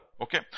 Okay